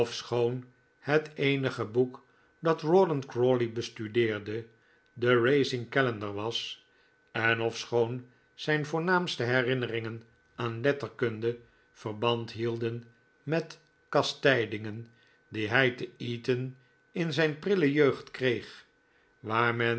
ofschoon het eenige boek dat rawdon crawley bestudeerde de racing calendar was en ofschoon zijn voornaamste herinneringen aan letterkunde verband hielden met kastijdingen die hij te eton in zijn prille jeugd kreeg waar men